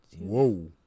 Whoa